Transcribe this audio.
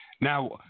Now